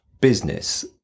business